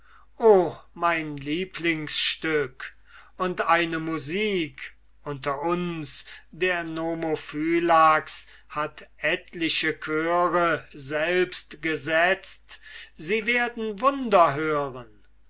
o mein lieblingsstück und eine musik unter uns der nomophylax hat etliche chöre selbst gesetzt sie werden wunder hören